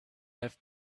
have